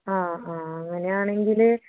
ആ ആ അങ്ങനെയാണെങ്കിൽ